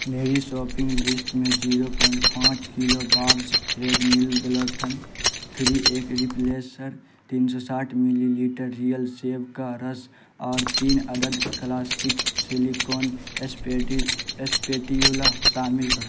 میری shopping list میں zero point پانچ kilo Bob's red mill gluten free ایک ریپلیسر تین سو ساٹھ ملی لیٹر ریئل سیب کا رس اور تین عدد کلاسک سلیکون اسپیٹیولا شامل کرو